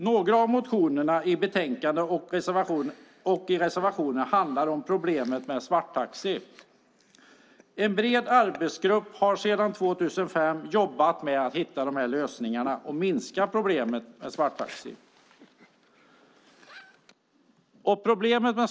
Några av motionerna och reservationerna som behandlas i betänkandet handlar om problemet med svarttaxi. En bred arbetsgrupp har sedan 2005 jobbat med att hitta lösningar och minska problemet med svarttaxi.